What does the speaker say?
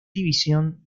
división